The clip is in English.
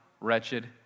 wretched